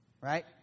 right